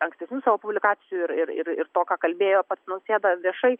ankstesnių savo publikacijų ir ir ir to ką kalbėjo pats nausėda viešai